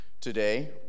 Today